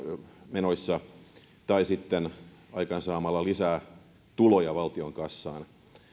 menoissa tai sitten aikaansaamalla lisää tuloja valtion kassaan